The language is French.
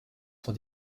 sont